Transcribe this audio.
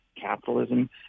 capitalism